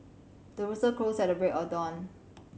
the rooster crows at the break of dawn